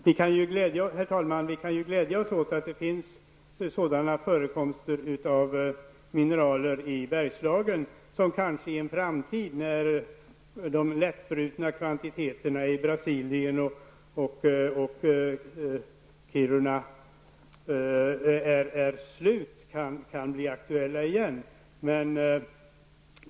Herr talman! Vi kan glädja oss åt att det i Bergslagen finns förekomster av mineraler som kanske i en framtid, när de lättbrutna kvantiteterna i Brasilien och Kiruna är slut, kan bli aktuella igen.